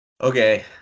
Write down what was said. Okay